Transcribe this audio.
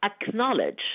acknowledge